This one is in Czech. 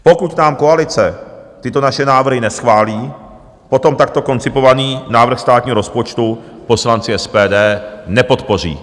Pokud nám koalice tyto naše návrhy neschválí, potom takto koncipovaný návrh státního rozpočtu poslanci SPD nepodpoří.